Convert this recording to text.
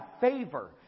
favor